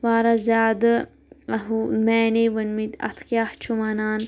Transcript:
واریاہ زِیادِ معنی ؤنمٕتۍ اَتھ کیٛاہ چھِ وَنان